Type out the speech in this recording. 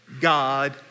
God